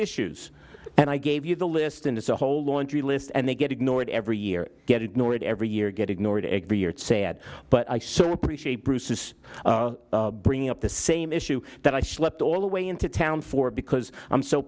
issues and i gave you the list and it's a whole laundry list and they get ignored every year get ignored every year get ignored or sad but i so appreciate bruce's bringing up the same issue that i schlep all the way into town for because i'm so